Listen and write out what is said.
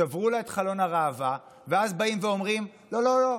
שברו לה את חלון הראווה ואז באים ואומרים: לא לא לא,